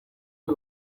uyu